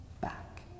back